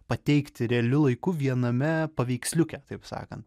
pateikti realiu laiku viename paveiksliuke taip sakant